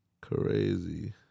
Crazy